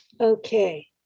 okay